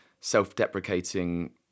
self-deprecating